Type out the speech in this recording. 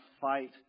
fight